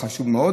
החשוב מאוד,